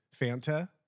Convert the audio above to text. Fanta